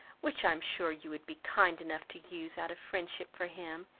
which i am sure you would be kind enough to use out of friendship for him,